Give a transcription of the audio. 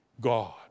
God